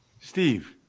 Steve